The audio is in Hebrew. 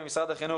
ממשרד החינוך,